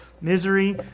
misery